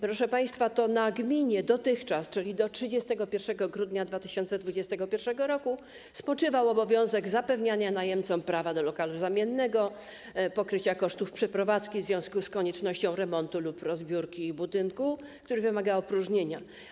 Proszę państwa, to na gminie dotychczas, czyli do 31 grudnia 2021 r., spoczywał obowiązek zapewniania najemcom prawa do lokalu zamiennego oraz pokrycia kosztów przeprowadzki w związku z koniecznością remontu lub rozbiórki budynku, który wymaga opróżnienia.